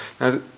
Now